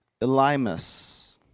Elimus